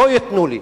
לא ייתנו לי.